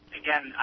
again